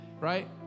right